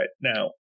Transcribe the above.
now